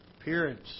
Appearance